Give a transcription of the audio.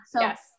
Yes